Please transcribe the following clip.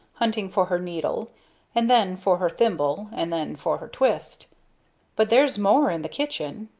hunting for her needle and then for her thimble, and then for her twist but there's more in the kitchen.